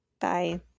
Bye